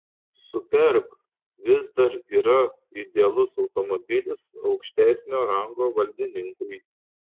superb vis dar yra idealus automobilis aukštesnio rango valdininkui